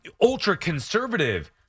ultra-conservative